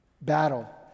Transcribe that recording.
battle